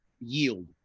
yield